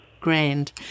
Grand